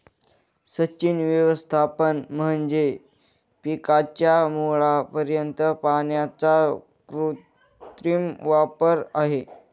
सिंचन व्यवस्थापन म्हणजे पिकाच्या मुळापर्यंत पाण्याचा कृत्रिम वापर आहे